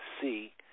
see